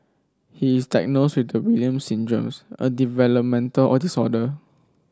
he is diagnosed with the Williams Syndrome a developmental disorder